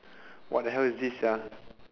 what the hell is this sia